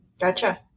Gotcha